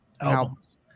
Albums